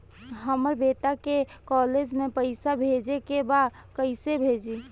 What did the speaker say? हमर बेटा के कॉलेज में पैसा भेजे के बा कइसे भेजी?